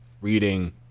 reading